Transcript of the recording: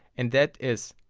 and that is,